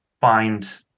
find